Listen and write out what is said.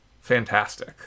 fantastic